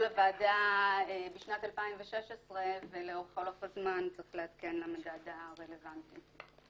לוועדה בשנת 2016 ולכן הוחלט על המדד הרלוונטי.